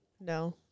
No